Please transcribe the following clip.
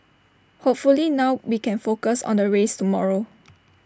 hopefully now we can focus on the race tomorrow